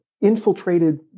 infiltrated